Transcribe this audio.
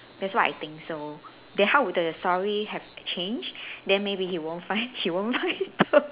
that's what I think so then how would the story have changed then maybe he won't find he won't find the